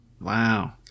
wow